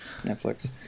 Netflix